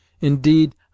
Indeed